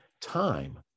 time